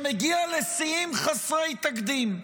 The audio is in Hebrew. שמגיע לשיאים חסרי תקדים.